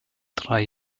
drei